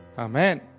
Amen